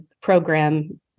program